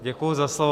Děkuji za slovo.